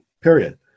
period